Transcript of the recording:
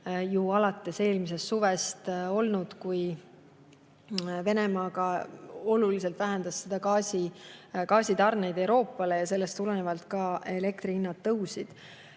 ju alates eelmisest suvest, kui Venemaa oluliselt vähendas gaasitarneid Euroopasse ja sellest tulenevalt ka elektrihinnad tõusid.